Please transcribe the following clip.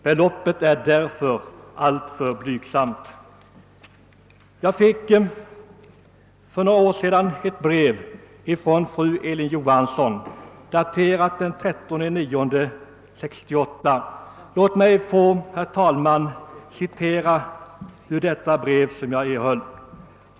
Beloppet är därför alltför blygsamt. Jag fick ett brev från fru Elin Johansson, daterat den 13 september 1968. Låt mig, herr talman, få citera ur detta brev.